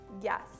Yes